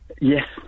Yes